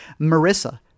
Marissa